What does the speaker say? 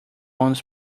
bones